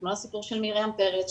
כמו הסיפור של מרים פרץ,